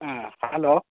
ꯑꯥ hello